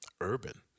Urban